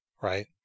right